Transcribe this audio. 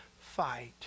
fight